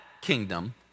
kingdom